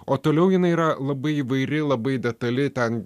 o toliau jinai yra labai įvairi labai detali ten